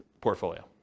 portfolio